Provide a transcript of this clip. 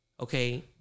okay